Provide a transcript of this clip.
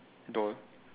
door